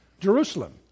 Jerusalem